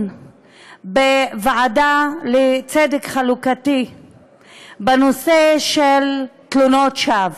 בוועדה לצדק חלוקתי בנושא של תלונות שווא.